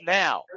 now